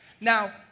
Now